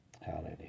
Hallelujah